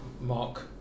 Mark